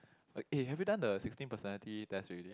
eh have you done the sixteen personality test already